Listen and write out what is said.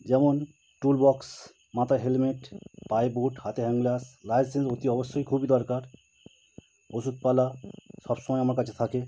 যেমন tool box মাথায় helmet পায়ে বুট হাতে হ্যান্ড গ্লভস লাইসেন্স অতি অবশ্যই খুবই দরকার ওষুধপত্র সব সময় আমার কাছে থাকে